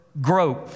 grow